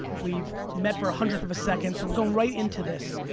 we've met for a hundredth of a second, so we're going right into this.